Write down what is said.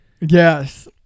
Yes